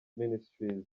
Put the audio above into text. ministries